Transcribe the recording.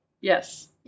Yes